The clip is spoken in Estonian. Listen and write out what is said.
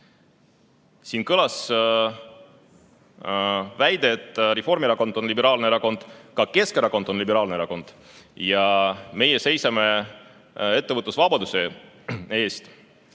Siin kõlas väide, et Reformierakond on liberaalne erakond. Ka Keskerakond on liberaalne erakond ja meiegi seisame ettevõtlusvabaduse eest.